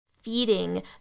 feeding